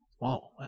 Wow